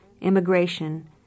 immigration